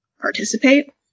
participate